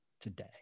today